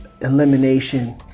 elimination